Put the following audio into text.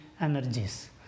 energies